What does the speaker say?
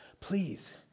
Please